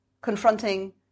confronting